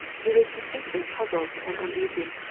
he was distinctly puzzled and uneasy.